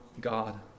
God